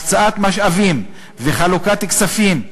הקצאת משאבים וחלוקת כספים,